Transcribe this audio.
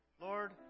Lord